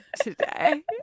today